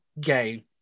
gay